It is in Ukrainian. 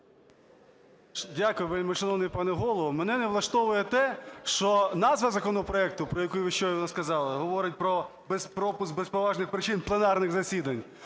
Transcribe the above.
Дякую, вельмишановний пане Голово, мене не влаштовує те, що назва законопроекту, про який ви щойно сказали, говорить про пропуск без поважних причин пленарних засідань.